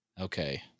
Okay